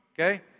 okay